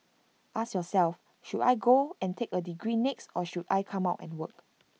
ask yourself should I go and take A degree next or should I come out and work